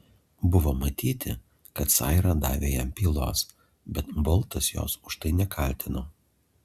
buvo matyti kad saira davė jam pylos bet boltas jos už tai nekaltino